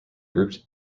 grouped